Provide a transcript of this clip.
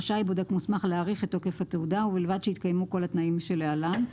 רשאי בודק מוסמך להאריך את תוקף התעודה ובלבד שהתקיימו כל התנאים שלהלן: